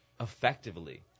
effectively